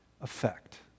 effect